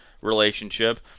relationship